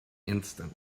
instant